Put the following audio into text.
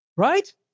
Right